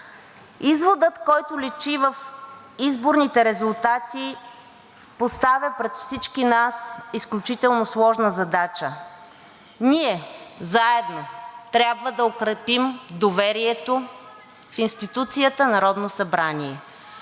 Изводът, който личи в изборните резултати, поставя пред всички нас изключително сложна задача – ние заедно трябва да укрепим доверието в институцията Народно събрание.